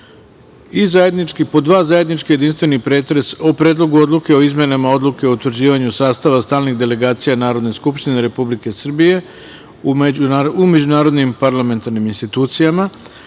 i 2. zajednički jedinstveni pretres o Predlogu odluke o izmenama Odluke o utvrđivanju sastava stalnih delegacija Narodne skupštine Republike Srbije u međunarodnim parlamentarnim institucija,